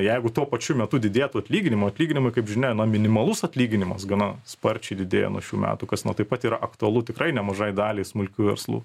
jeigu tuo pačiu metu didėtų atlyginimai o atlyginimai kaip žinia na minimalus atlyginimas gana sparčiai didėja nuo šių metų kas na taip pat yra aktualu tikrai nemažai daliai smulkių verslų